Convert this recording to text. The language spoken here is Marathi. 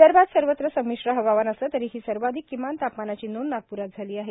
विदर्भात सर्वत्र समिश्र हवामान असलं तरीही सर्वाधिक किमान तापमानाची नोंद नागप्रात झाली आहे